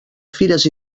fires